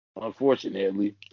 Unfortunately